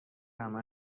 همه